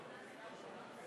אתם לא